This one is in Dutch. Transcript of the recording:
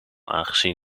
aangezien